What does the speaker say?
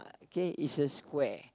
okay is a square